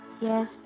Yes